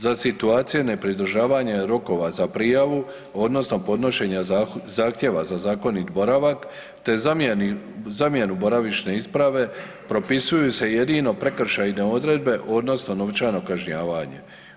Za situacije nepridržavanja rokova za prijavu odnosno podnošenja zahtjeva za zakonit boravak, te zamjenu boravišne isprave propisuju se jedino prekršajne odredbe odnosno novčano kažnjavanje.